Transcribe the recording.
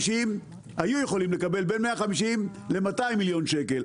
הם היו יכולים לקבל בין 150 ל-200 מיליון שקל,